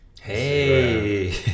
Hey